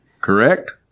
correct